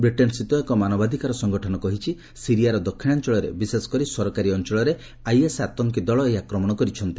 ବ୍ରିଟେନସ୍ଥିତ ଏକ ମାନବାଧିକାର ସଂଗଠନ କହିଛି ସିରିଆର ଦକ୍ଷିଣାଞ୍ଚଳରେ ବିଶେଷକରି ସରକାରୀ ଅଞ୍ଚଳରେ ଆଇଏସ ଆତଙ୍କୀଦଳ ଏହି ଆକ୍ରମଣ କରିଛନ୍ତି